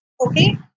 Okay